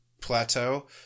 plateau